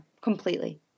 Completely